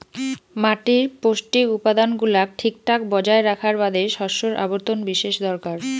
মাটির পৌষ্টিক উপাদান গুলাক ঠিকঠাক বজায় রাখার বাদে শস্যর আবর্তন বিশেষ দরকার